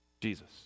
Jesus